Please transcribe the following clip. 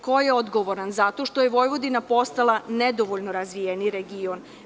Ko je odgovoran za to što je Vojvodina postala nedovoljno razvijen region?